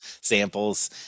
samples